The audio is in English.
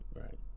Right